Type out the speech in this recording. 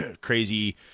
crazy